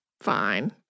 fine